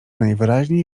najwyraźniej